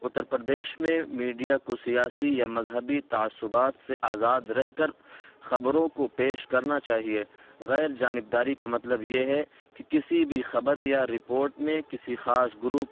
اتر پردیش میں میڈیا کو سیاسی یا مذہبی تعصبات سے آزاد رہ کر خبروں کو پیش کرنا چاہیے غیر جانبداری کا مطلب یہ ہے کہ کسی بھی خبر یا رپوٹ میں کسی خاص گروپ